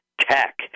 tech